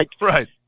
Right